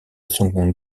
seconde